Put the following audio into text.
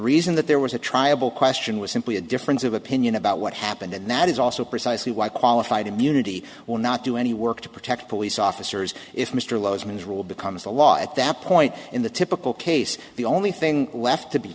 reason that there was a triable question was simply a difference of opinion about what happened and that is also precisely why qualified immunity will not do any work to protect police officers if mr low's means rule becomes the law at that point in the typical case the only thing left to be